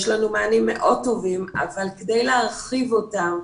יש לנו מענים מאוד טובים אבל כדי להרחיב אותם,